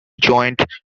joined